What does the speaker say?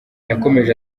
yakomeje